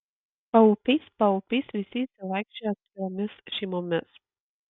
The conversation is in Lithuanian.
paupiais paupiais visi išsivaikščiojo atskiromis šeimomis